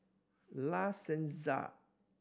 La Senza